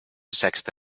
sexta